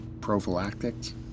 prophylactics